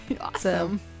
Awesome